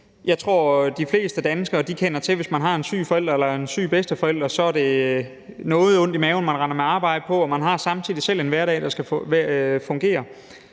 Jeg tror, at de fleste danskere kender til, at hvis man har en syg forælder eller en syg bedsteforælder, er det med noget ondt i maven, man render på arbejde, og man har samtidig selv en hverdag, der skal fungere.